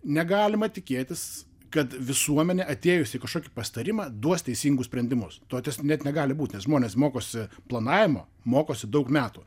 negalima tikėtis kad visuomenė atėjusi į kažkokį pasitarimą duos teisingus sprendimus to ties net negali būt nes žmonės mokosi planavimo mokosi daug metų